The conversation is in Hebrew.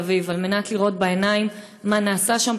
אביב על מנת לראות בעיניים מה נעשה שם,